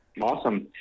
Awesome